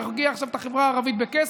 נרגיע עכשיו את החברה הערבית בכסף,